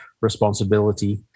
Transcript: responsibility